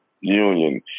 Union